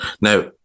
Now